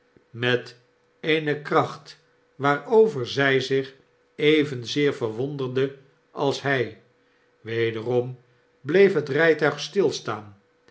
met eene kracht waarover zij zich evenzeer verwonderde als hij wederom bleef het rijtuig stilstaan